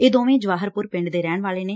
ਇਹ ਦੋਵੇਂ ਜਵਾਹਰਪੁਰ ਪਿੰਡ ਦੇ ਰਹਿਣ ਵਾਲੇ ਨੇ